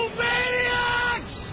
maniacs